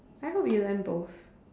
I hope you learn both